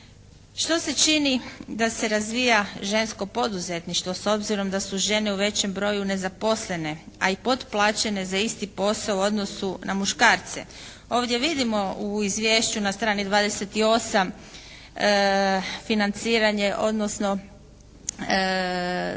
Što se čini da se razvija žensko poduzetništvo, s obzirom da su žene u većem broju nezaposlene, a i potplaćene za isti posao u odnosu na muškarce. Ovdje vidimo na izvješću na strani 28. financiranje odnosno